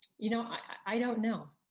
you know i don't know.